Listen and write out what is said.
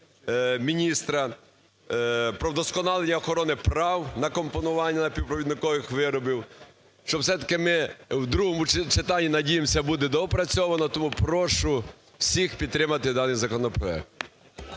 про вдосконалення охорони прав на компонування напівпровідникових виробів, щоб все-таки ми у другому читанні, надіємося, буде доопрацьовано. Тому прошу всіх підтримати даний законопроект.